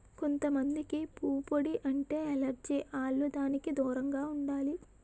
కొంత మందికి పుప్పొడి అంటే ఎలెర్జి ఆల్లు దానికి దూరంగా ఉండాలి